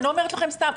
אני לא אומרת לכם סתם,